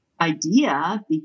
idea